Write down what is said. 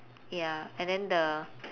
ya and then the